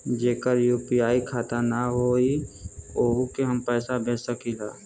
जेकर यू.पी.आई खाता ना होई वोहू के हम पैसा भेज सकीला?